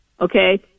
Okay